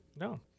No